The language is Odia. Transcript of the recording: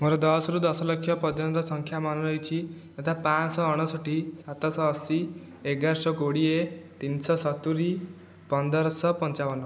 ମୋର ଦଶରୁ ଦଶଲକ୍ଷ ପର୍ଯ୍ୟନ୍ତ ସଂଖ୍ୟା ମନେ ରହିଛି ଯଥା ପାଞ୍ଚଶହ ଅଣଷଠି ସାତଶହ ଅଶି ଏଗାରଶହ କୋଡ଼ିଏ ତିନିଶହ ସତୁରି ପନ୍ଦରଶହ ପଞ୍ଚାବନ